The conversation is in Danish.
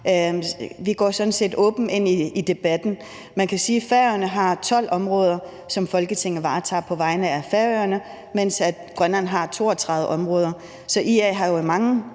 Vi går sådan set åbent ind i debatten. Færøerne har 12 områder, som Folketinget varetager på vegne af Færøerne, mens Grønland har 32 områder. Derfor har IA i mange